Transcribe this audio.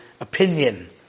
opinion